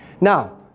now